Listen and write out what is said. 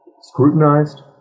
scrutinized